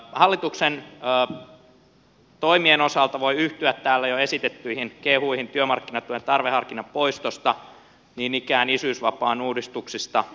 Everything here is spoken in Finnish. hallituksen toimien osalta voi yhtyä täällä jo esitettyihin kehuihin työmarkkinatuen tarveharkinnan poistosta niin ikään isyysvapaan uudistuksista